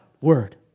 word